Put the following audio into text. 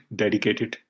dedicated